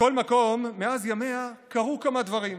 מכל מקום, מאז ימיה קרו כמה דברים.